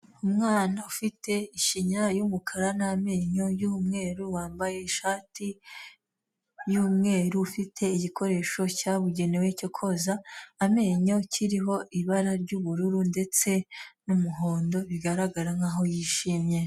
Umwana ufite ishinya y'umukara n'amenyo y'umweru, wambaye ishati y'umweru, ufite igikoresho cyabugenewe cyo koza amenyo, kiriho ibara ry'ubururu ndetse n'umuhondo, bigaragara nkaho yishimye.